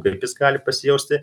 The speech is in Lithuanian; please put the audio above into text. kaip jis gali pasijausti